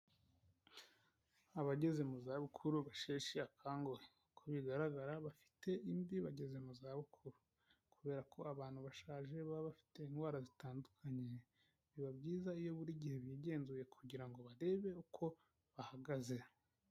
Abageze mu za bukuru basheshe akanguhe, uko bigaragara bafite imvi bageze mu za bukuru, kubera ko abantu bashaje baba bafite indwara zitandukanye biba byiza iyo buri gihe bigenzuye kugira ngo barebe uko bahagaze.